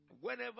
whenever